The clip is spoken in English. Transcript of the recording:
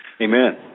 Amen